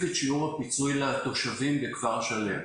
את שיעור הפיצוי לתושבים בכפר שלם.